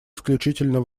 исключительно